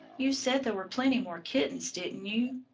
you said there were plenty more kittens, didn't you?